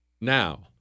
Now